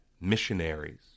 missionaries